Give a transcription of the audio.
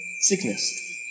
Sickness